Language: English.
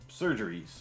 surgeries